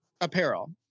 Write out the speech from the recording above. apparel